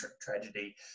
tragedy